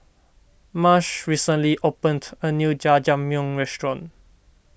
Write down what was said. Marsh recently opened a new Jajangmyeon restaurant